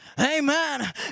Amen